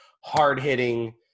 hard-hitting